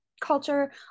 culture